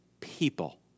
people